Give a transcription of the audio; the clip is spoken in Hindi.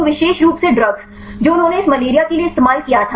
तो विशेष रूप से ड्रग्स जो उन्होंने इस मलेरिया के लिए इस्तेमाल किया था